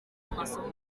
amasomo